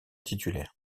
titulaire